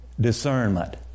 discernment